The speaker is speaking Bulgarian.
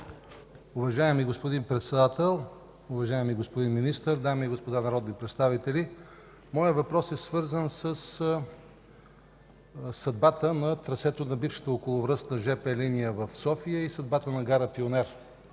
Уважаеми господин Председател, уважаеми господин Министър, дами и господа народни представители! Моят въпрос е свързан със съдбата на трасето на бившата околовръстна жп линия в София и съдбата на гара Пионер.